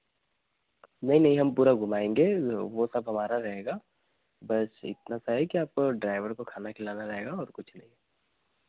नहीं नहीं हम पूरा घुमाएँगे वो सब हमारा रहेगा बस इतना सा है कि आप ड्राईवर को खाना खिलाना रहेगा और कुछ नहीं है